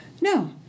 No